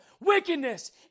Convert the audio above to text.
wickedness